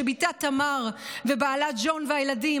שבתה תמר ובעלה ג'ון והילדים,